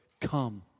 Come